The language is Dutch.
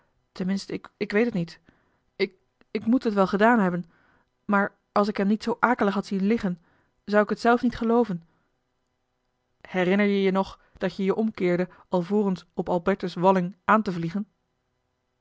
ten minste ik weet het niet ik moet het wel gedaan hebben maar als ik hem niet zoo akelig had zien liggen zou ik het zelf niet gelooven herinner je je nog dat je je omkeerde alvorens op albertus walling aan te vliegen